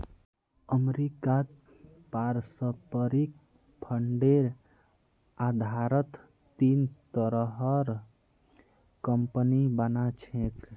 अमरीकात पारस्परिक फंडेर आधारत तीन तरहर कम्पनि बना छेक